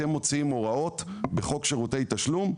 אתם מוציאים הוראות בחוק שירותי תשלום,